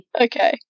Okay